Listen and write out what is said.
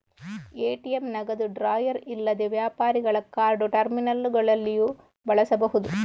ATM ನಗದು drawer ಇಲ್ಲದೆ ವ್ಯಾಪಾರಿಗಳ ಕಾರ್ಡ್ ಟರ್ಮಿನಲ್ಲುಗಳಲ್ಲಿಯೂ ಬಳಸಬಹುದು